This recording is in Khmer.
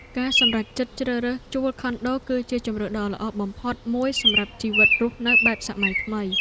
ការសម្រេចចិត្តជ្រើសរើសជួលខុនដូ គឺជាជម្រើសដ៏ល្អបំផុតមួយសម្រាប់ជីវិតរស់នៅបែបសម័យថ្មី។